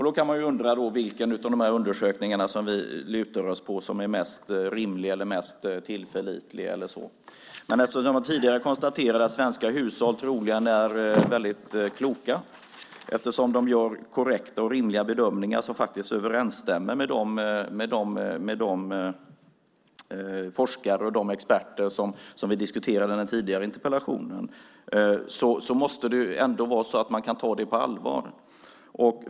Då kan man undra vilken av de undersökningar som vi lutar oss mot som är mest rimlig eller mest tillförlitlig. Men eftersom jag tidigare har konstaterat att svenska hushåll troligen är väldigt kloka, eftersom de gör korrekta och rimliga bedömningar som faktiskt överensstämmer med de som de forskare och de experter som vi diskuterade i den tidigare interpellationsdebatten gör, måste man ändå kunna ta det på allvar.